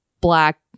black